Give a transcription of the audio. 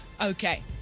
Okay